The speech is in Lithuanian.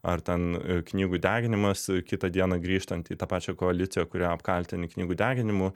ar ten knygų deginimas kitą dieną grįžtant į tą pačią koaliciją kurią apkaltini knygų deginimu